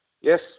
yes